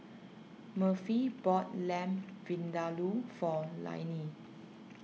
Murphy bought Lamb Vindaloo for Lainey